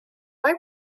why